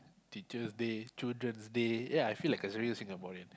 Teacher's Day Children's Day ya I feel like really a Singaporean